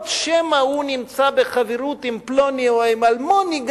שמא הוא נמצא בחברות עם פלוני או עם אלמוני,